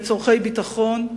לצורכי ביטחון,